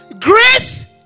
grace